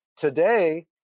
Today